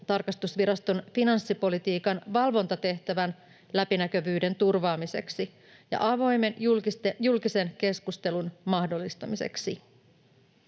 tarkastusviraston finanssipolitiikan valvontatehtävän läpinäkyvyyden turvaamiseksi ja avoimen julkisen keskustelun mahdollistamiseksi.